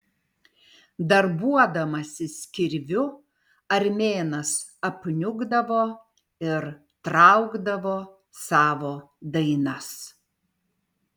darbuodamasis kirviu armėnas apniukdavo ir traukdavo savo dainas